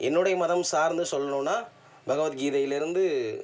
என்னுடைய மதம் சார்ந்து சொல்லணுன்னால் பகவத்கீதையில் இருந்து